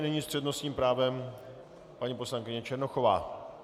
Nyní s přednostním právem paní poslankyně Černochová.